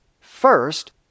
First